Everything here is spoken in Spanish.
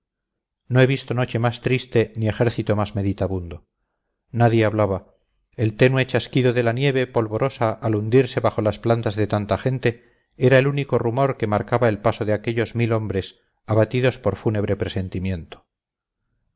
no he visto noche más triste ni ejército más meditabundo nadie hablaba el tenue chasquido de la nieve polvorosa al hundirse bajo las plantas de tanta gente era el único rumor que marcaba el paso de aquellos mil hombres abatidos por fúnebre presentimiento